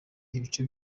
ibice